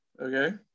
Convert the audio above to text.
okay